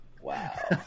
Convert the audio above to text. Wow